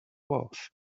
was